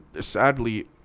sadly